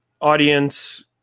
audience